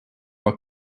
are